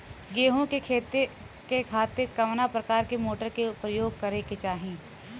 गेहूँ के खेती के खातिर कवना प्रकार के मोटर के प्रयोग करे के चाही?